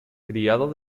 criado